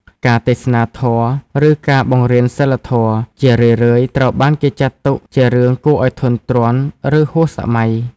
ការទេសនាធម៌ ឬការបង្រៀនសីលធម៌ ជារឿយៗត្រូវបានគេចាត់ទុកជារឿងគួរឲ្យធុញទ្រាន់ ឬហួសសម័យ។